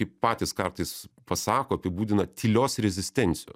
kaip patys kartais pasako apibūdina tylios rezistencijos